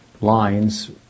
lines